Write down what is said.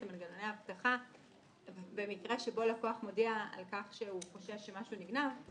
מנגנוני האבטחה במקרה שבו לקוח מודיע על כך שהוא חושב שמשהו נגנב,